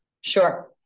Sure